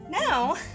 Now